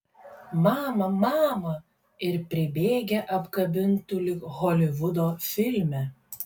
mama mama ir pribėgę apkabintų lyg holivudo filme